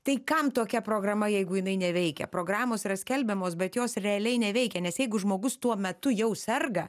tai kam tokia programa jeigu jinai neveikia programos yra skelbiamos bet jos realiai neveikia nes jeigu žmogus tuo metu jau serga